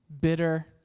bitter